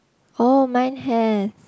oh mine have